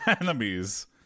Enemies